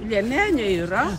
liemenė yra